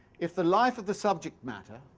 if the life of the subject matter,